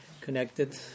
connected